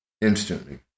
instantly